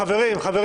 חברים,